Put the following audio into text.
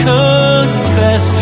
confess